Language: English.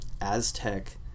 Aztec